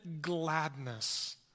gladness